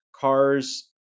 CARS